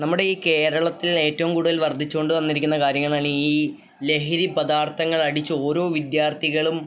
നമ്മുടെ ഈ കേരളത്തിലേറ്റവും കൂടുതൽ വർദ്ധിച്ചുകൊണ്ട് വന്നിരിക്കുന്ന കാര്യങ്ങളാണ് ഈ ലഹരി പദാർത്ഥങ്ങൾ അടിച്ച് ഓരോ വിദ്യാർത്ഥികളും